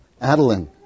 Adeline